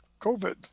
COVID